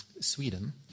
sweden